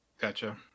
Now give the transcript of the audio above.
Gotcha